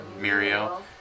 Muriel